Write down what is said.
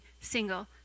single